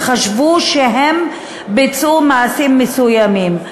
שחשבו שהם ביצעו מעשים מסוימים.